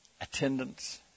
attendance